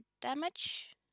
damage